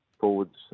forwards